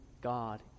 God